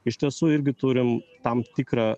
iš tiesų irgi turim tam tikrą